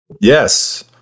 yes